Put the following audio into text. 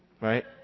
right